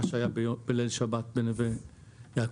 מה שהיה בליל שבת בנווה יעקב,